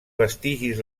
vestigis